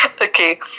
okay